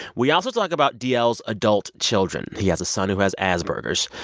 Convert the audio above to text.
we also talk about d l s adult children. he has a son who has asperger's.